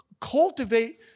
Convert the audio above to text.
cultivate